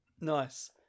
nice